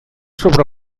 sobre